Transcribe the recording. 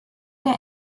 der